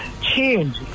change